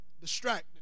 distracted